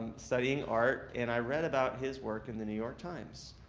studying art, and i read about his work in the new york times.